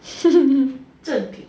正品